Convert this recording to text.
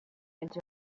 into